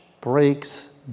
breaks